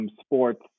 sports